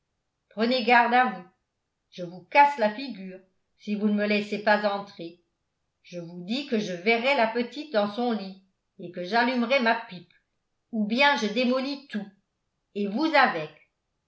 prenez garde à vous je vous casse la figure si vous ne me laissez pas entrer je vous dis que je verrai la petite dans son lit et que j'allumerai ma pipe ou bien je démolis tout et vous avec